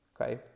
okay